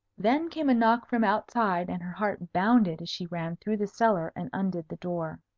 then came a knock from outside, and her heart bounded as she ran through the cellar and undid the door.